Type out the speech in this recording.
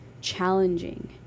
challenging